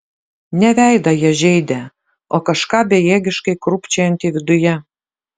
ne veidą jie žeidė o kažką bejėgiškai krūpčiojantį viduje